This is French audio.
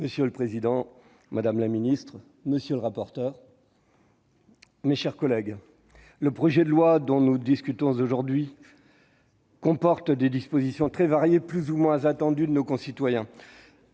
Monsieur le président, madame la ministre, mes chers collègues, le projet de loi dont nous discutons aujourd'hui comporte des dispositions très variées, plus ou moins attendues par nos concitoyens.